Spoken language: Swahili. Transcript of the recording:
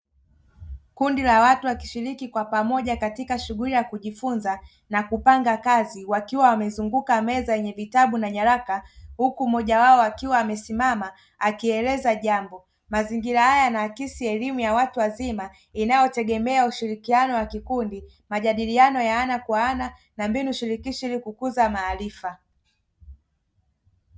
Kundi la watu wakishiriki kwa pamoja katika shughuli ya kujifunza na kupanga kazi wakiwa wamezunguka meza yenye vitabu na nyaraka; huku mmoja wao akiwa amesimama akieleza jambo. Mazingira haya yanahakisi elimu ya watu wazima inayotegemea ushirikiano wa kikundi, majadiliano ya ana kwa ana na mbinu shirikishi ili kukuza maarifa.